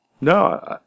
no